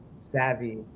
savvy